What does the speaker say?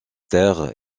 terre